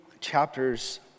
chapters